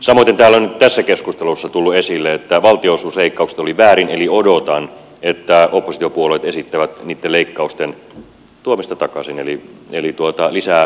samoiten täällä on nyt tässä keskustelussa tullut esille että valtionosuusleikkaukset olivat väärin eli odotan että oppositiopuolueet esittävät niitten leikkausten tuomista takaisin eli lisää valtionosuuksia